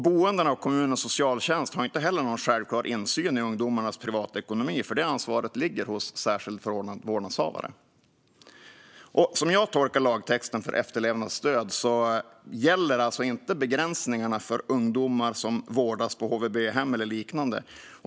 Boendena och kommunens socialtjänst har inte heller någon självklar insyn i ungdomarnas privatekonomi, för det ansvaret ligger hos den särskilt förordnade vårdnadshavaren. Som jag tolkar lagtexten för efterlevandestöd gäller alltså inte begränsningarna ungdomar som vårdas på HVB-hem eller liknande.